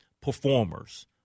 performers